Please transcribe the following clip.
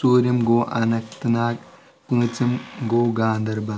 ژورِم گوٚو اننت ناگ پونژِم گوٚو گاندربل